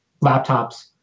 laptops